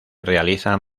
realizan